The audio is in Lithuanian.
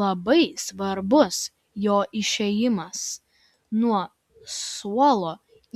labai svarbus jo išėjimas nuo suolo